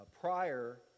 prior